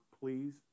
please